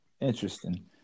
interesting